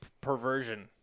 perversion